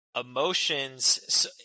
emotions